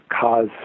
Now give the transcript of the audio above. cause